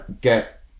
get